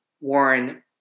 Warren